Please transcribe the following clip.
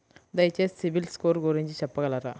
దయచేసి CIBIL score గురించి చెప్పగలరా?